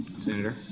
Senator